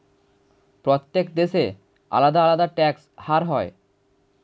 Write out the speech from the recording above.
প্রত্যেক দেশে আলাদা আলাদা ট্যাক্স হার হয়